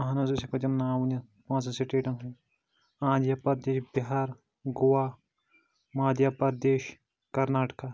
اہن حظ یہِ حظ چھِ پٔتِم ناو ؤنِتھ پانٛژن سٹیٹن ہِنٛد آندھرا پردیش بِہار گُوا مادھیا پرٛدیش کرناٹکا